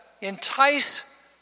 entice